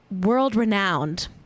world-renowned